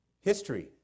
History